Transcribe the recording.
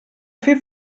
fer